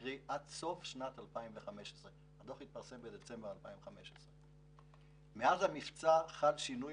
קרי עד סוף שנת 2015. הדוח התפרסם בדצמבר 2015. מאז המבצע חל שינוי